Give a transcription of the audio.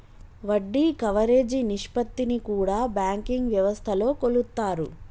వడ్డీ కవరేజీ నిష్పత్తిని కూడా బ్యాంకింగ్ వ్యవస్థలో కొలుత్తారు